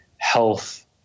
health